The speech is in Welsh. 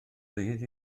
ddydd